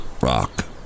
Rock